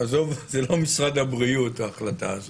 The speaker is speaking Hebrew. אנחנו מגיעים לתקנות התו הירוק (הגבלת פעילות),